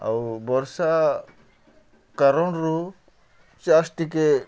ଆଉ ବର୍ଷା କାରଣ୍ରୁ ଚାଷ୍ ଟିକେ